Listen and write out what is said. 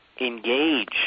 engage